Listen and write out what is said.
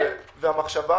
המחשבה